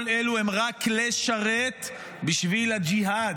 כל אלו הם רק כלי שרת בשביל הג'יהאד,